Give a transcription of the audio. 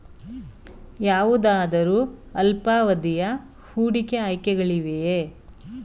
ಯಾವುದಾದರು ಅಲ್ಪಾವಧಿಯ ಹೂಡಿಕೆ ಆಯ್ಕೆಗಳಿವೆಯೇ?